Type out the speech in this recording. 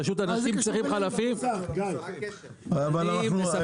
פשוט אנשים צריכים חלפים --- מה הקשר --- חבר'ה,